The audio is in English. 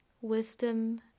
wisdom